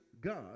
God